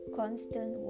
constant